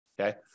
Okay